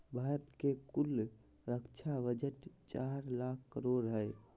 भारत के कुल रक्षा बजट चार लाख करोड़ हय